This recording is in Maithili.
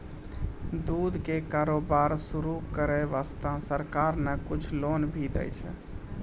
दूध के कारोबार शुरू करै वास्तॅ सरकार न कुछ लोन भी दै छै